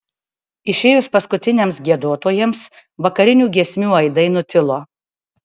išėjus paskutiniams giedotojams vakarinių giesmių aidai nutilo